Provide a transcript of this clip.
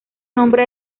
nombre